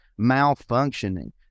malfunctioning